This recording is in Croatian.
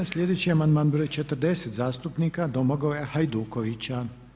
Sljedeći je amandman broj 40. zastupnika Domagoja Hajdukovića.